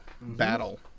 battle